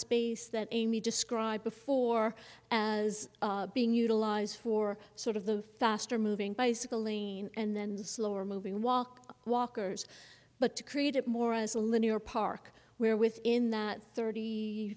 space that amy described before as being utilized for sort of the faster moving bicycle lane and then the slower moving walk walkers but to create it more as a linear park where within that thirty